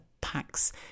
packs